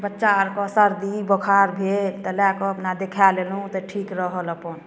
बच्चा आर के सर्दी बोखार भेल तऽ लए कऽ अपना देखाए लेलहुॅं तऽ ठीक रहल अपन